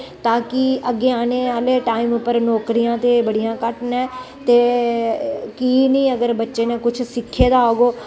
ताकि अग्गें आने आह्ले टाइम उप्पर नौकरियां ते बड़ियां घट्ट न ते कीऽ निं अगर बच्चे ने कुछ सिक्खे दा होग